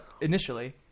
initially